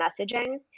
messaging